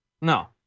No